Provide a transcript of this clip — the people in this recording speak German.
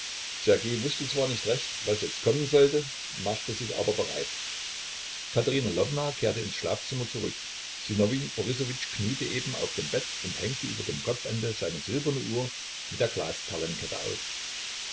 wußte zwar nicht recht was jetzt kommen sollte machte sich aber bereit katerina lwowna kehrte ins schlafzimmer zurück sinowij borissowitsch kniete eben auf dem bett und hängte über dem kopfende seine silberne uhr mit der glasperlenkette auf